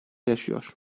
yaşıyor